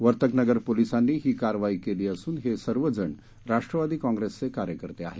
वर्तकनगर पोलिसातीी ही कारवाई केली असून हे सर्व जण राष्ट्रवादी काँग्रेसचे कार्यकर्ते आहेत